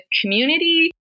community